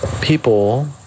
people